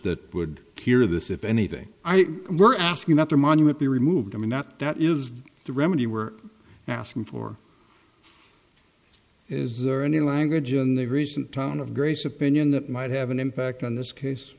that would hear this if anything we're asking about the monument be removed i mean that that is the remedy we're asking for is there any language in the recent town of grace opinion that might have an impact on this case